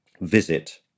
visit